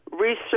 research